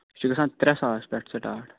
یہِ چھُ گژھان ترٛےٚ ساس پٮ۪ٹھ سِٹاٹ